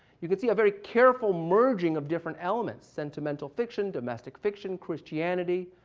you can see a very careful merging of different elements, sentimental fiction, domestic fiction, christianity,